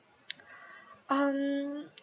um